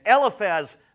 Eliphaz